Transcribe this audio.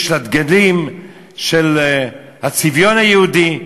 יש לה דגלים של הצביון היהודי,